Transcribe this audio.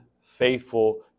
faithful